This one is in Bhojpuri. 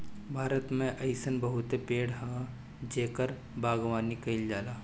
भारत में अइसन बहुते पेड़ हवे जेकर बागवानी कईल जाला